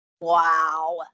Wow